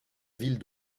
ville